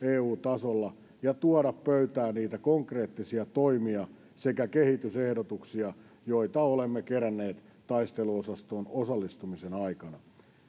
eu tasolla ja tuoda pöytään niitä konkreettisia toimia sekä kehitysehdotuksia joita olemme keränneet taisteluosastoon osallistumiseen aikana